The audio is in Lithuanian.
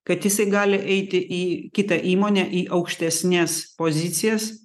kad jisai gali eiti į kitą įmonę į aukštesnes pozicijas